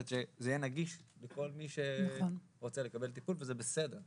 שזה יהיה נגיד לכל מי שרוצה לקבל טיפול וזה בסדר,